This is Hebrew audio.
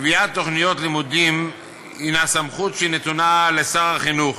קביעת תוכניות לימודים היא סמכות שנתונה לשר החינוך.